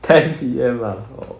ten P_M ah